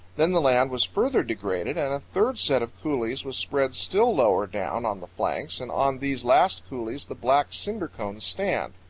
then the land was further degraded, and a third set of coulees was spread still lower down on the flanks, and on these last coulees the black cinder cones stand.